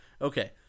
Okay